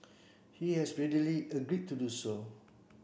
he has readily agreed to do so